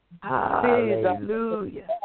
Hallelujah